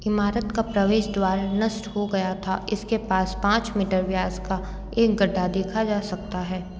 इमारत का प्रवेश द्वार नष्ट हो गया था इसके पास पाँच मीटर व्यास का एक गड्ढा देखा जा सकता है